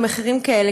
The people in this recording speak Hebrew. במחירים כאלה,